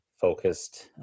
focused